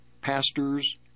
pastors